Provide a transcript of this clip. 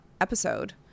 episode